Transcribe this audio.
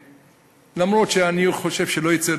אומנם אני חושב שלא יצא,